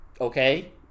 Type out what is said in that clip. Okay